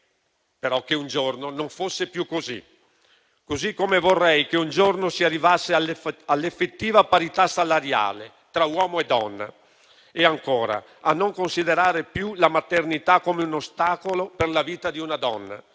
però che un giorno non fosse più così. Così come vorrei che un giorno si arrivasse all'effettiva parità salariale tra uomo e donna e a non considerare più la maternità come un ostacolo per la vita di una donna.